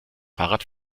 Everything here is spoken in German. fahrrad